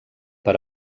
per